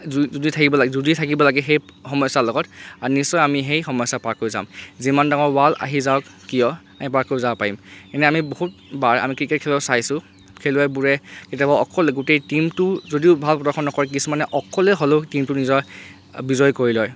যু যুঁজি থাকিব লাগে যুঁজি থাকিব লাগে সেই সমস্যা লগত আৰু নিশ্চয় আমি সেই সমস্যা পাৰ কৰি যাম যিমান ডাঙৰ ৱাল আহি যাওক কিয় আমি পাৰ কৰি যাব পাৰিম এনেই আমি বহুতবাৰ আমি ক্ৰিকেট খেলত চাইছোঁ খেলুৱৈবোৰে কেতিয়াবা অকলে গোটেই টিমটো যদিও ভাল প্ৰদৰ্শন নকৰে কিছুমানে অকলে হ'লেও টিমটো নিজৰ বিজয় কৰি লয়